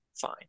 Fine